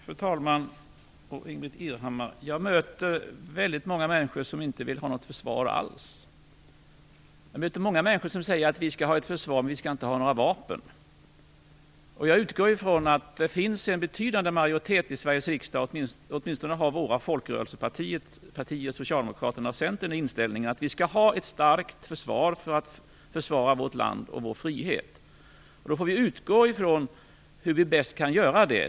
Fru talman! Jag möter väldigt många människor som inte vill ha något försvar alls. Jag möter många människor som säger att vi skall har ett försvar men att vi inte skall ha några vapen. Jag utgår från att det finns en betydande majoritet i Sveriges riksdag - åtminstone har våra folkrörelsepartier Socialdemokraterna och Centern den inställningen - för att vi skall ha ett starkt försvar för att kunna försvara vårt land och vår frihet. Då får vi se hur vi bäst kan göra det.